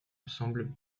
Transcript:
ensemble